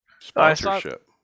sponsorship